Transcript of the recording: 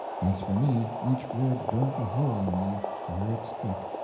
as for me each word burnt a hole in me where it struck.